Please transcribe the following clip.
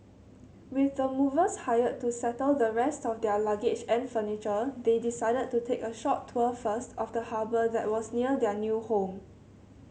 with the movers hired to settle the rest of their luggage and furniture they decided to take a short tour first of the harbour that was near their new home